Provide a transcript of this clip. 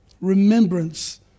remembrance